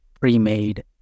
pre-made